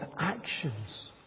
actions